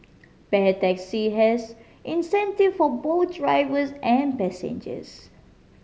Pair Taxi has incentive for both drivers and passengers